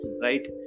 right